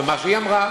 ומה שהיא אמרה,